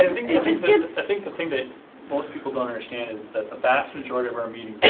it just gets i think the thing that most people don't understand is that the vast majority of our meetings,